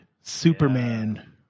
Superman